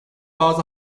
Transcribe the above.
bazı